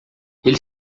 ele